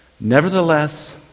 Nevertheless